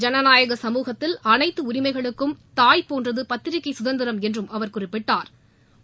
ஜனநாயக சமூகத்தில் அனைத்து உரிமைகளுக்கும் தாய் போன்றது பத்திரிகை சுதந்திரம் என்றும் அவர் குறிப்பிட்டா்